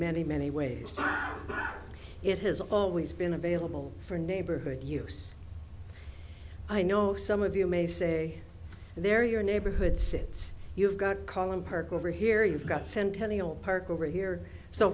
many many ways it has always been available for neighborhood use i know some of you may say they're your neighborhood since you've got column park over here you've got centennial park over here so